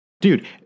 dude